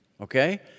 okay